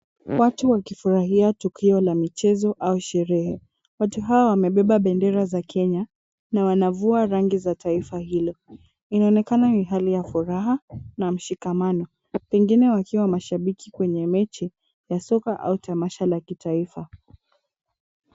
Watu wakifurahia tukio la michezo au sherehe. Watu hawa wamebeba bendera za Kenya na wanavua rangi za taifa hilo. Inaonekana ni hali ya furaha na mshikamano pengine wakiwa mashabiki kwenye mechi ya soka au tamasha la kitaifa.